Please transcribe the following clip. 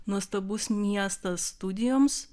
nuostabus miestas studijoms